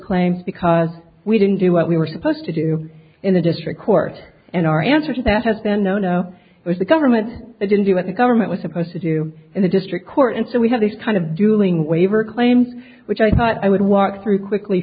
claims because we didn't do what we were supposed to do in the district court and our answer to that has been no no it was the government that didn't do what the government was supposed to do in the district court and so we had these kind of dueling waiver claims which i thought i would walk through quickly